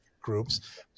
groups